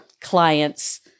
clients